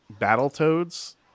Battletoads